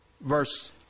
verse